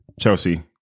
Chelsea